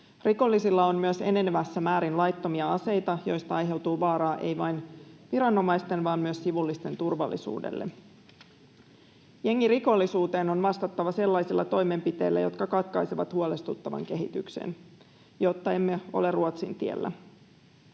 Rikollisilla on myös enenevässä määrin laittomia aseita, joista aiheutuu vaaraa ei vain viranomaisten vaan myös sivullisten turvallisuudelle. Jengirikollisuuteen on vastattava sellaisilla toimenpiteillä, jotka katkaisevat huolestuttavan kehityksen, jotta emme ole Ruotsin tiellä.